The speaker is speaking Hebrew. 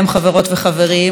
חברות וחברים,